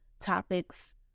topics